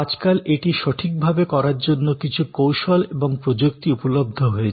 আজকাল এটি সঠিকভাবে করার জন্য কিছু কৌশল এবং প্রযুক্তি উপলব্ধ হয়েছে